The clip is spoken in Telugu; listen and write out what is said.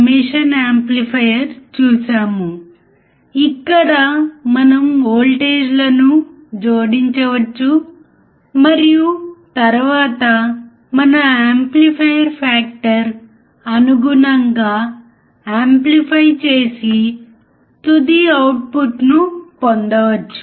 ఆపరేషన్ల్ యాంప్లిఫైయర్ యొక్క ఇన్పుట్ మరియు అవుట్పుట్ పరిధిని అర్థం చేసుకోవడానికి మనము నాన్ ఇన్వర్టింగ్ యాంప్లిఫైయర్ కోసం ఉపయోగించిన అదే సర్క్యూట్ను ఉపయోగించవచ్చు